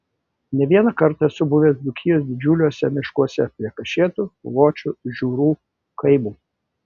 ne vieną kartą esu buvęs dzūkijos didžiuliuose miškuose prie kašėtų puvočių žiūrų kaimų